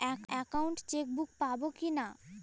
Account chequebook পাবো কি না?